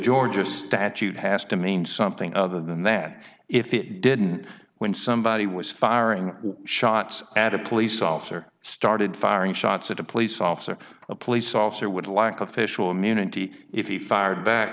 georgia statute has to mean something other than that if it didn't when somebody was firing shots at a police officer started firing shots at a police officer a police officer would lack official munity if he fired back